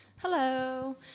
Hello